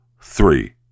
three